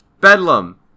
Bedlam